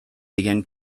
began